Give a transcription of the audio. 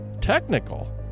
Technical